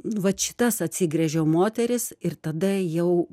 vat šitas atsigręžiau moteris ir tada jau